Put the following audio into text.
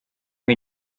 wir